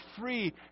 free